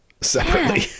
separately